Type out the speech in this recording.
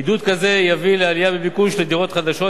עידוד כזה יביא לעלייה בביקוש לדירות חדשות,